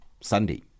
Sunday